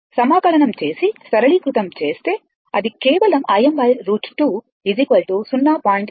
సమాకలనం చేసి సరళీకృతం చేస్తే అది కేవలం Im √2 0